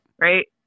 right